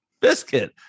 Biscuit